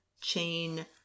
chain